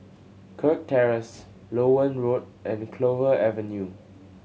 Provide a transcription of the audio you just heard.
Kirk Terrace Loewen Road and Clover Avenue